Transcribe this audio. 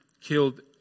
killed